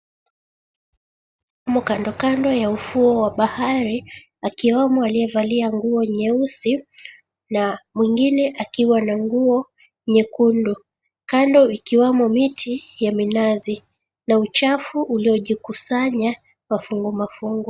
Wamo kandokando ya ufuo wa bahari, akiwamo aliyevalia nguo nyeusi na mwingine akiwa na nguo nyekundu. Kando ikiwamo miti ya minazi, na uchafu uliojikusanya mafungu mafungu.